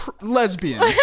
lesbians